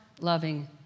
loving